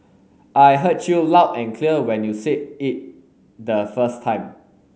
I heard you loud and clear when you said it the first time